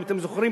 אם אתם זוכרים,